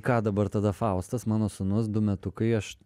ką dabar tada faustas mano sūnus du metukai aš